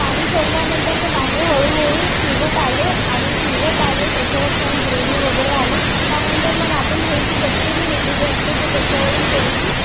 पाणी सोडल्यानंतर ते वांगे हळूहळू शिजत आले आणि शिजत आले त्याच्यावर छान ग्रेवी वगैरे आली त्यानंतर मग आपण थोडीशी कसुरीमेथी जे असते ते त्याच्यावरून थोडीशी